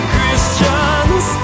Christians